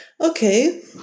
Okay